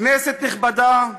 כנסת נכבדה,